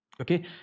okay